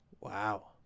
Wow